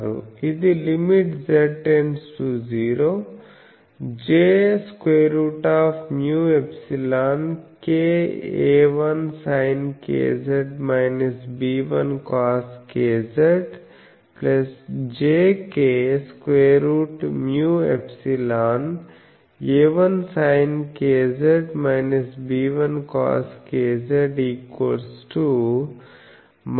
ఇది Ltz➝0j√μ∊kjk√μ∊A1sinkz B1coskz jk√μ∊ అవుతుంది